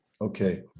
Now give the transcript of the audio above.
Okay